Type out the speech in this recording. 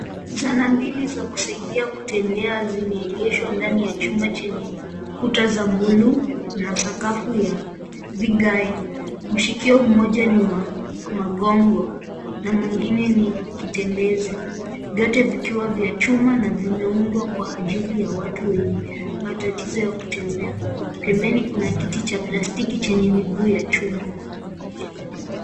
Zana mbili za kusaidia kutembea zimeegeshwa ndani ya chumba chenye kuta za buluu na sakafu ya vigae. Mshikio moja ni wa magongo na mwingine ni kitembezi, vyote vikiwa vya chuma na vimeundwa kwa ajili ya watu wenye matatizo ya kutembea. Pembeni kuna kiti cha plastiki chenye miguu ya chuma.